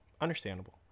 understandable